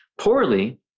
poorly